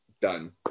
Done